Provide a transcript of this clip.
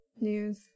news